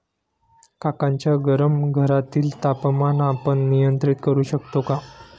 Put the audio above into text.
काकांच्या गरम घरातील तापमान आपण नियंत्रित करु शकतो का?